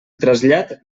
trasllat